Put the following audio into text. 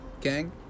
Gang